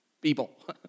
people